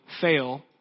fail